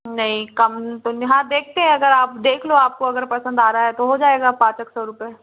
नहीं कम तो नहीं हाँ देखते हैं अगर आप देख लो अगर आपको पसंद आ जा रहा है तो हो जाएगा पाँच एक सौ रुपए